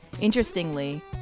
interestingly